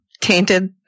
tainted